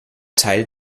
teil